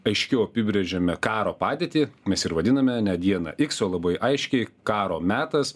aiškiau apibrėžiame karo padėtį mes ir vadiname ne dieną iks o labai aiškiai karo metas